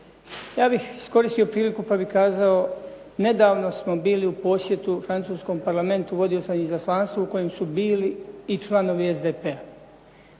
Ja bih iskoristio priliku, pa bih kazao nedavno smo bili u posjetu francuskom Parlamentu, vodio sam izaslanstvo u kojem su bili i članovi SDP-a.